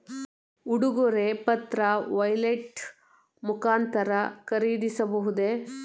ಉಡುಗೊರೆ ಪತ್ರ ವ್ಯಾಲೆಟ್ ಮುಖಾಂತರ ಖರೀದಿಸಬಹುದೇ?